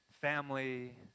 family